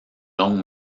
longue